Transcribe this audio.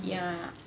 ya